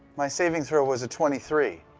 my saving throw was a twenty three.